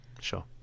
sure